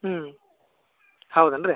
ಹ್ಞೂ ಹೌದೇನು ರೀ